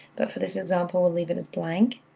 but for this example, we'll leave it as blank.